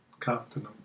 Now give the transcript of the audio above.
Captain